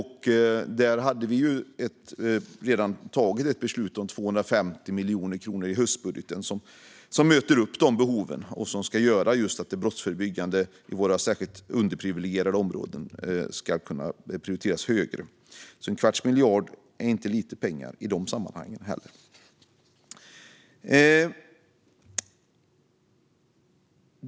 Här togs redan i höstbudgeten ett beslut om 250 miljoner kronor, vilket möter upp behoven och gör att det brottsförebyggande arbetet i våra underprivilegierade områden kan prioriteras högre. En kvarts miljard är inte lite pengar i dessa sammanhang.